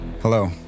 Hello